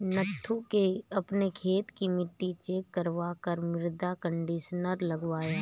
नथु ने अपने खेत की मिट्टी चेक करवा कर मृदा कंडीशनर करवाया